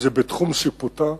זה בתחום שיפוטה.